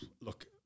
Look